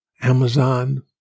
Amazon